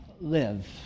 live